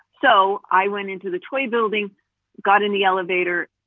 so i went into the toy building got in the elevator.